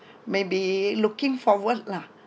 maybe looking forward lah